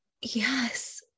yes